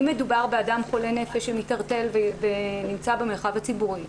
אם מדובר באדם חולה נפש שמתערטל ונמצא במרחב הציבורי.